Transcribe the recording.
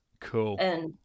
cool